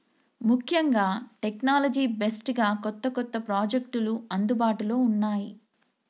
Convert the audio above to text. ముఖ్యంగా technology based గా కొత్త కొత్త ప్రాజెక్టులు అందుబాటులో ఉన్నాయి